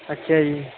ਅੱਛਾ ਜੀ